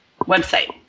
website